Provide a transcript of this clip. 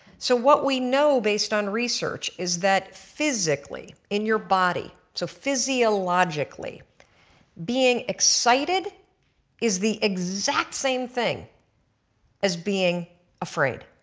so what we know based on research is that physically in your body so physiologically being excited is the exact same thing as being afraid.